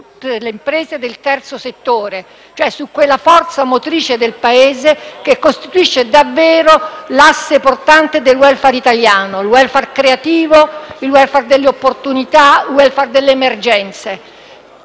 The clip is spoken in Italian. su tutte le imprese del terzo settore, cioè su quella forza motrice del Paese che costituisce davvero l'asse portante del *welfare* italiano, un *welfare* creativo, delle opportunità e delle emergenze.